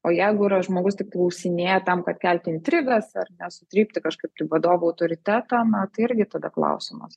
o jeigu yra žmogus tik klausinėja tam kad kelti intrigas ar ne sutrypti kažkaip tai vadovų autoritetą na tai irgi tada klausimas